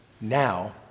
now